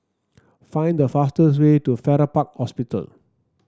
find the fastest way to Farrer Park Hospital